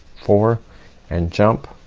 four and jump,